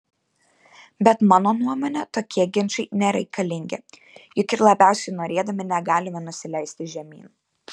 bet mano nuomone tokie ginčai nereikalingi juk ir labiausiai norėdami negalime nusileisti žemyn